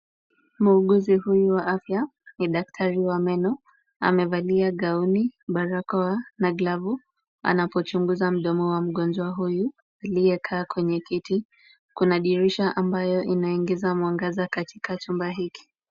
Muuguzi huyu wa afya ni daktari wa meno. Amevalia gauni, barakoa na glavu anapochunguza mdomo wa mgonjwa huyu, aliyekaa kwenye kiti. Kuna dirisha ambayo inaingiza mwangaza katika chumba hiki.